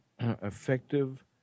effective